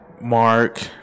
Mark